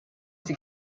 sie